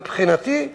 מבחינתי,